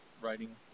Writing